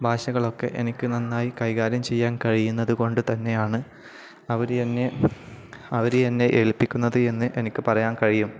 ഭാഷകളൊക്കെ എനിക്കു നന്നായി കൈകാര്യം ചെയ്യാൻ കഴിയുന്നതുകൊണ്ടു തന്നെയാണ് അവര് എന്നെ അവര് എന്നെ ഏൽപ്പിക്കുന്നത് എന്ന് എനിക്കു പറയാൻ കഴിയും